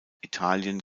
italien